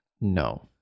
no